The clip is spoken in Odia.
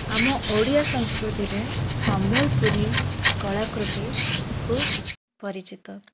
ଆମ ଓଡ଼ିଆ ସଂସ୍କୃତିରେ ସମ୍ବଲପୁରୀ କଳାକୃତି ଖୁବ୍ ପରିଚିତ